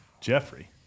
Jeffrey